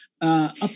Up